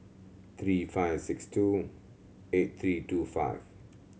three five six two eight three two five